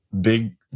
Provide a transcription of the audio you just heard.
big